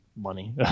money